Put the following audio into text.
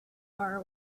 are